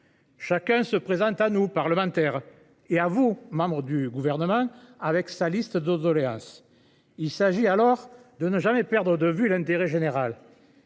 Chacun se présente à nous, parlementaires, et à vous, membres du Gouvernement, avec sa liste de doléances. Comme les viticulteurs ! Il s’agit alors de ne jamais perdre de vue l’intérêt général